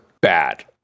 bad